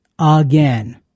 again